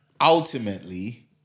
ultimately